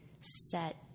set